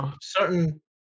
certain